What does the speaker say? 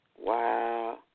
Wow